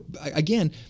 again